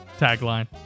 tagline